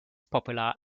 popular